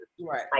Right